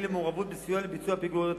למעורבות בסיוע לביצוע פיגועי טרור.